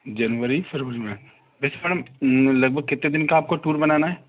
जनवरी फ़रवरी में yes ma'am लगभग कितने दिन का आपको टूर बनाना है